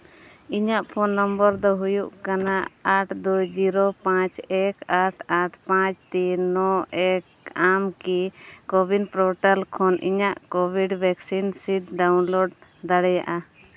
ᱤᱧᱟᱹᱜ phone number ᱫᱚ ᱦᱩᱭᱩᱜ ᱠᱟᱱᱟ ᱟᱴ ᱫᱩᱭ ᱡᱤᱨᱳ ᱯᱟᱸᱪ ᱮᱠ ᱟᱴ ᱟᱴ ᱯᱟᱸᱪ ᱛᱤᱱ ᱱᱚ ᱮᱠ ᱟᱢ ᱠᱤ ᱠᱳᱵᱷᱤᱰ ᱯᱳᱨᱴᱟᱞ ᱠᱷᱚᱱ ᱤᱧᱟᱹᱜ ᱠᱳᱵᱷᱤᱰ ᱵᱷᱮᱠᱥᱤᱱ ᱥᱤᱫᱽ ᱰᱟᱣᱩᱱᱞᱳᱰ ᱫᱟᱲᱮᱭᱟᱜᱼᱟ